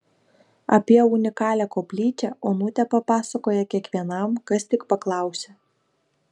apie unikalią koplyčią onutė papasakoja kiekvienam kas tik paklausia